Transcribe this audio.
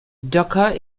docker